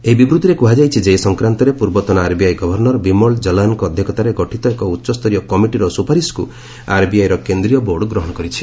ଏହି ବିବୃତ୍ତିରେ କୁହାଯାଇଛି ଯେ ଏ ସଂକ୍ରାନ୍ତରେ ପୂର୍ବତନ ଆର୍ବିଆଇ ଗଭର୍ଷର ବିମଳ ଜଲାନ୍ଙ୍କ ଅଧ୍ୟକ୍ଷତାରେ ଗଠିତ ଏକ ଉଚ୍ଚସ୍ତରୀୟ କମିଟିର ସୁପାରିଶକୁ ଆର୍ବିଆଇର କେନ୍ଦ୍ରୀୟ ବୋର୍ଡ୍ ଗ୍ରହଣ କରିଛି